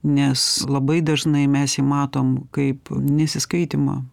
nes labai dažnai mes jį matom taip nesiskaitymo